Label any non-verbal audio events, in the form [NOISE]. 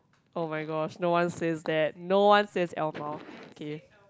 oh-my-gosh no one says that no one says L mao K [NOISE]